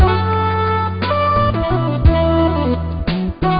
no no no